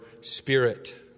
spirit